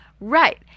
Right